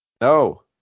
No